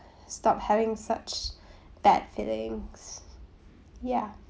stop having such bad feelings ya